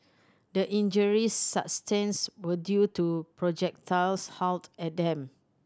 the injuries sustains were due to projectiles hurled at them